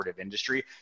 industry